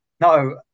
No